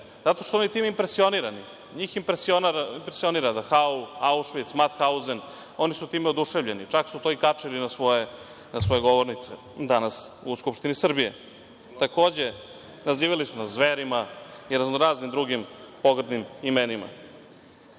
zato što su oni tim impresionirani. NJih impresionira Dahau, Aušvic, Mathauzen. Oni su time odševljeni. Čak su to i kačili na svoje govornice danas u Skupštini Srbije. Takođe, nazivali su nas zverima i raznoraznim drugim pogrdnim imenima. Moja